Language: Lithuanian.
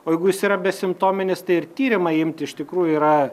o jeigu jis yra besimptominis tai ir tyrimą imt iš tikrųjų yra